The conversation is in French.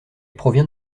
provient